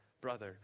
brother